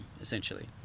essentially